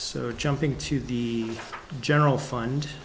so jumping to the general fund